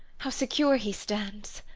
how secure he stands!